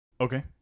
okay